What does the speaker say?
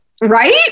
Right